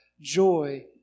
joy